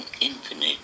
infinite